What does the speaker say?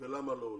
ולמה לא עולה.